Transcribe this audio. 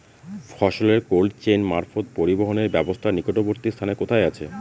ফসলের cold chain মারফত পরিবহনের ব্যাবস্থা নিকটবর্তী স্থানে কোথায় আছে?